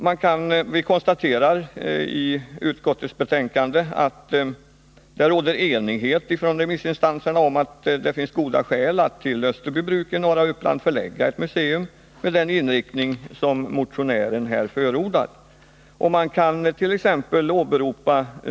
Utskottet konstaterar att remissinstanserna är eniga om att det finns goda skäl att till Österbybruk i norra Uppland förlägga ett museum med den inriktning som motionären förordar.